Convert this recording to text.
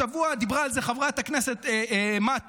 השבוע דיברה על זה חברת הכנסת מטי,